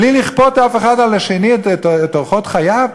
בלי לכפות האחד על השני את אורחות חייו,